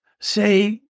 say